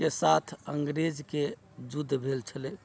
के साथ अंग्रेजके युद्ध भेल छलै